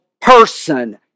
person